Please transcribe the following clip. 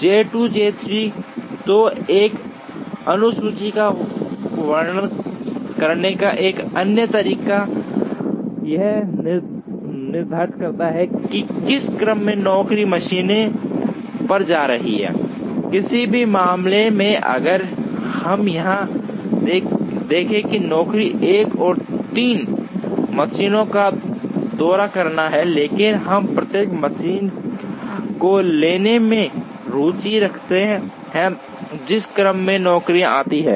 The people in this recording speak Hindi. J 2 J 3 तो एक अनुसूची का वर्णन करने का एक अन्य तरीका यह निर्धारित करना है कि किस क्रम में नौकरियां मशीनों पर जा रही हैं किसी भी मामले में अगर हम यहां देखें कि नौकरी 1 को सभी 3 मशीनों का दौरा करना है लेकिन हम प्रत्येक मशीन को लेने में रुचि रखते हैं और जिस क्रम में नौकरियां आती हैं